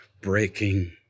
breaking